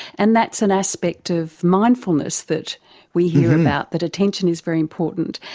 and that's an aspect of mindfulness that we hear about, that attention is very important.